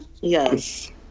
Yes